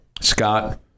Scott